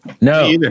No